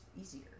easier